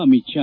Amit Shah